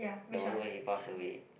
the one when he pass away